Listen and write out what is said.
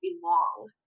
belong